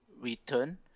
return